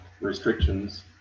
restrictions